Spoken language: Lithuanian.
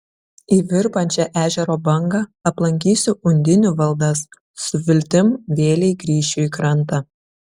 į virpančią ežero bangą aplankysiu undinių valdas su viltim vėlei grįšiu į krantą